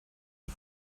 die